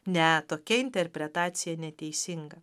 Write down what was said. ne tokia interpretacija neteisinga